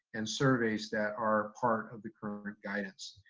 and surveys that are part of the current guidance.